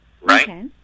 right